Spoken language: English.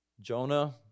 Jonah